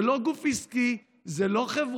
זה לא גוף עסקי, זאת לא חברה.